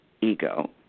ego